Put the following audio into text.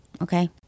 Okay